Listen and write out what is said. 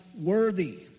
worthy